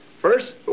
first